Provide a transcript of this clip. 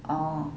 oh